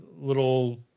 little